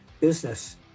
business